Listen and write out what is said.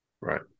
right